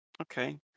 Okay